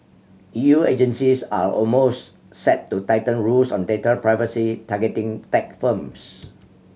E U agencies are almost set to tighten rules on data privacy targeting tech firms